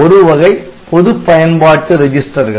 ஒரு வகை பொதுப் பயன்பாட்டு ரெஜிஸ்டர்கள்